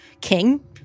king